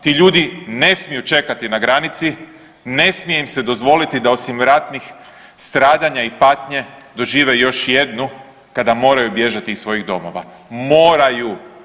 Ti ljudi ne smiju čekati na granici, ne smije im se dozvoliti da osim ratnih stradanja i patnje dožive još jednu kada moraju bježati iz svojih domova, moraju.